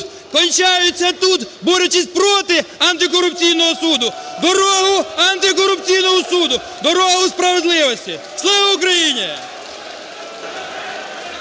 кончаються тут, борючись проти антикорупційного суду. Дорогу антикорупційному суду! Дорогу справедливості! Слава Україні!